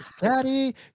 daddy